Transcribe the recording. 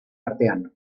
artean